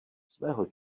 svého